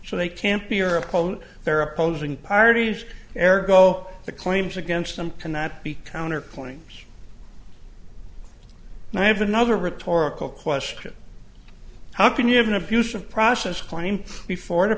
so they can't be your opponent they're opposing parties air go the claims against them cannot be counter claims and i have another rhetorical question how can you have an abuse of process claim before t